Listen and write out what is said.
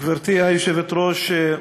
גברתי היושבת-ראש,